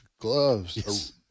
gloves